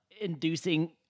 inducing